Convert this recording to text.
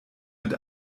mit